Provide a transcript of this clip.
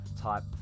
type